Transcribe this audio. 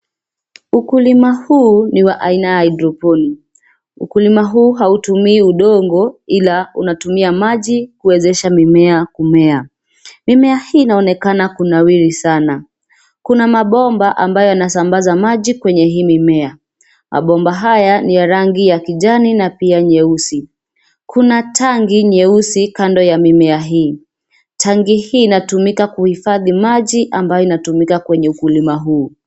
Ukulima huu ni wa aina ya haidropoli. Ukulima huu hautumii udongo ila unatumia maji kuwezesha mimea kumea. Mimea hii inaonekana kunawiri sana. Kuna mabomba ambayo yanasambaza maji kwenye hii mimea. Mabomba haya ni ya rangi ya kijani na pia nyeusi. Kuna tanki nyeusi kando ya mimea hii tanki hii inatumika kuhifadhi maji ambayo inatumika kwenye ukulima huu.